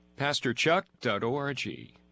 PastorChuck.org